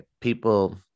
people